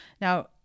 Now